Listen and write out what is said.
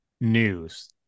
news